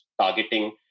targeting